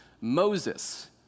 Moses